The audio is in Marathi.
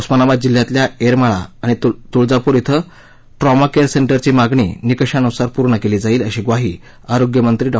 उस्मानाबाद जिल्ह्यातल्या येरमाळा आणि तुळजापूर िं ट्रॉमा केअर सेंटरची मागणी निकाषानुसार पूर्ण केली जाईल अशी ग्वाही आरोग्यमंत्री डॉ